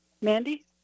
mandy